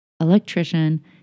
electrician